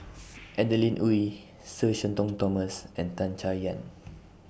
Adeline Ooi Sir Shenton Thomas and Tan Chay Yan